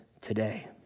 today